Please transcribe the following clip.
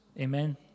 Amen